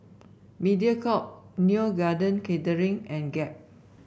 Mediacorp Neo Garden Catering and Gap